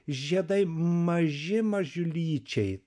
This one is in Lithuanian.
žiedai maži mažiulyčiai